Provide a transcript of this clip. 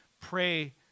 pray